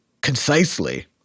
concisely